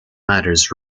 matters